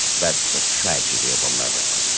that's the tragedy of america.